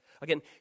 again